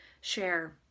share